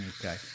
okay